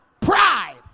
pride